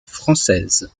française